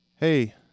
hey